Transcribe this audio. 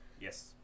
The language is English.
Yes